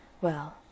Well